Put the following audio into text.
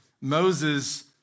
Moses